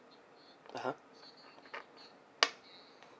uh (huh)